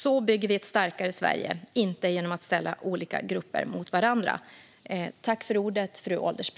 Så bygger vi ett starkare Sverige - inte genom att ställa olika grupper mot varandra.